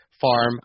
farm